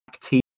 team